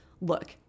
look